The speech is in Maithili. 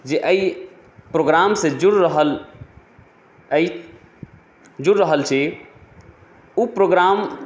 जे एहि प्रोग्रामसँ जुड़ि रहल एहि जुड़ि रहल छी उ प्रोग्राम